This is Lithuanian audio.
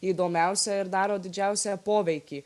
įdomiausia ir daro didžiausią poveikį